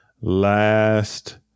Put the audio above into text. last